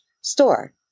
store